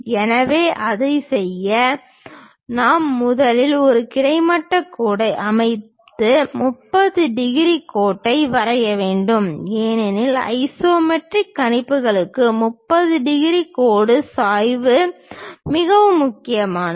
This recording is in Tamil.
எனவே அதைச் செய்ய நாம் முதலில் ஒரு கிடைமட்ட கோட்டை அமைத்து 30 டிகிரி கோட்டை வரைய வேண்டும் ஏனெனில் ஐசோமெட்ரிக் கணிப்புகளுக்கு 30 டிகிரி கோடு சாய்வுக் கோடு மிகவும் முக்கியமானது